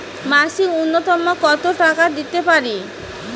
মাসিক নূন্যতম কত টাকা দিতে পারি?